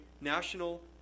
national